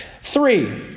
Three